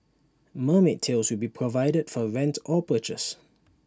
mermaid tails will be provided for rent or purchase